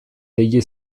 degli